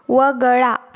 वगळा